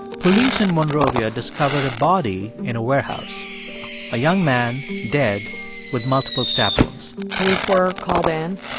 police in monrovia discovered a body in a warehouse a young man dead with multiple stab wounds police were called in.